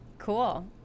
Cool